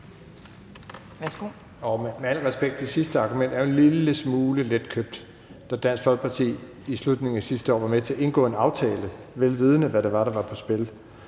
jeg sige, at det sidste argument jo er en lille smule letkøbt, da Dansk Folkeparti i slutningen af sidste år var med til at indgå en aftale, vel vidende hvad der var på spil.